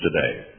today